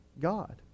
God